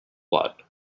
blood